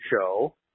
show